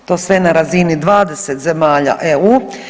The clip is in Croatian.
To sve na razini 20 zemalja EU.